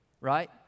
right